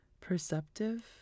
perceptive